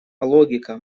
логика